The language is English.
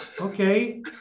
Okay